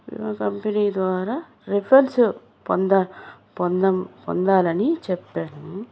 ఆ కంపెనీ ద్వారా రిఫెన్స్ పొందా పొందం పొందాలని చెప్పాను